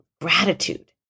gratitude